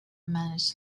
manage